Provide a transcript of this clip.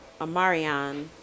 amarion